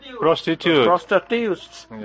Prostitutes